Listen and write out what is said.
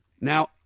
Now